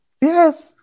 Yes